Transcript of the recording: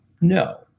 No